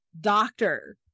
doctor